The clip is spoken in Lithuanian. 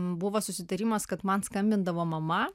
buvo susitarimas kad man skambindavo mama